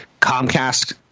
Comcast